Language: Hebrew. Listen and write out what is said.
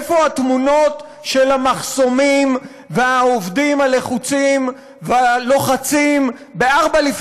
איפה התמונות של המחסומים והעובדים הלחוצים והלוחצים ב-04:00,